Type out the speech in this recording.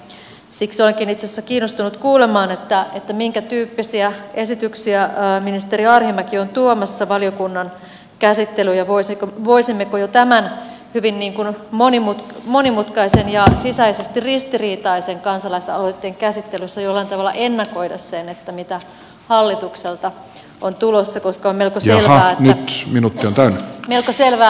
siksi olenkin itse asiassa kiinnostunut kuulemaan minkätyyppisiä esityksiä ministeri arhinmäki on tuomassa valiokunnan käsittelyyn ja voisimmeko jo tämän hyvin monimutkaisen ja sisäisesti ristiriitaisen kansalaisaloitteen käsittelyssä jollain tavalla ennakoida sen mitä hallitukselta on tulossa koska melko selvää